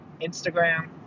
Instagram